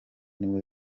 nibwo